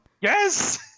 Yes